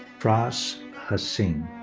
fraz haseen.